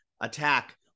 attack